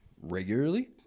regularly